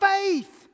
faith